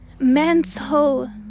Mental